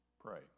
pray